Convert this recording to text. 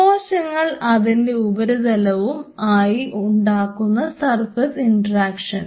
കോശങ്ങൾ അതിൻറെ ഉപരിതലവും ആയി ഉണ്ടാക്കുന്ന സർഫസ് ഇൻട്രാക്ഷൻ